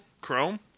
Chrome